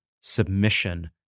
submission